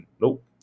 nope